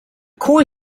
core